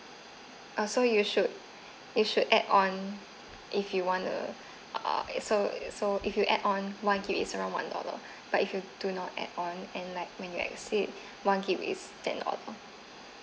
ah so you should you should add on if you want a uh it's so it's so if you add on one gig is around one dollar but if you do not add on and like when you exceed one gig is ten dollar